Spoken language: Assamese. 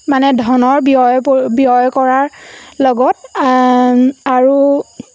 মানে ধনৰ ব্যয় ব্যয় কৰাৰ লগত আৰু